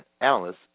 analysts